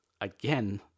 again